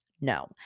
No